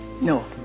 No